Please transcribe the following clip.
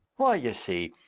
why, you see,